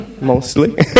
mostly